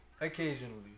Occasionally